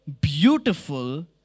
beautiful